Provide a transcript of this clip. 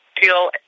feel